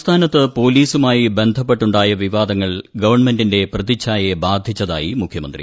സംസ്ഥാനത്ത് പോലീസുമായി ബന്ധപ്പെട്ടുണ്ടായ വിവാദങ്ങൾ ഗവൺമെന്റിന്റെ പ്രതിച്ഛായയെ ബാധിച്ചതായി മുഖ്യമന്ത്രി